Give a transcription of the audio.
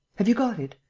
have you got it.